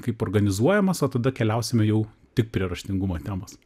kaip organizuojamas o tada keliausime jau tik prie raštingumo temos